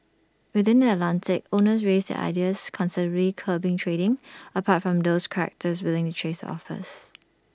within the Atlantic owners raised their ideas considerably curbing trading apart from those charterers willing to chase the offers